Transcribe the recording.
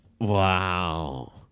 Wow